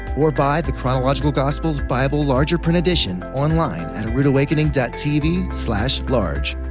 or buy the chronological gospels bible larger print edition online at aroodawakening tv large.